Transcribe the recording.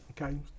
Okay